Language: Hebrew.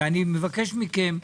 אני גם מבקש מכם.